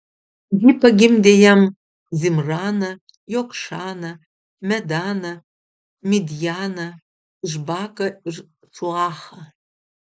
ji pagimdė jam zimraną jokšaną medaną midjaną išbaką ir šuachą